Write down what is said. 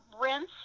rinse